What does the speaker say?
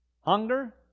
Hunger